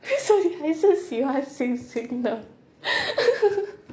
为什么你还是喜欢星星呢